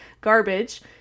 garbage